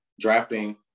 drafting